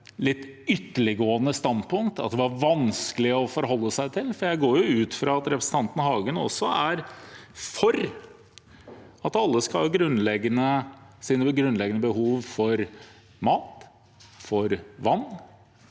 litt ytterliggående standpunkt, at det er vanskelig å forholde seg til. Jeg går ut fra at også representanten Hagen er for at alle skal ha dekket sine grunnleggende behov for mat, vann,